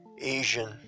Asian